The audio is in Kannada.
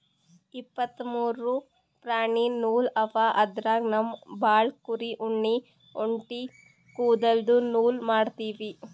ಇಪ್ಪತ್ತ್ ಮೂರು ಪ್ರಾಣಿ ನೂಲ್ ಅವ ಅದ್ರಾಗ್ ನಾವ್ ಭಾಳ್ ಕುರಿ ಉಣ್ಣಿ ಒಂಟಿ ಕುದಲ್ದು ನೂಲ್ ಮಾಡ್ತೀವಿ